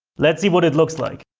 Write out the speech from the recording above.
let's see what it looks like.